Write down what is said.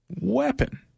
weapon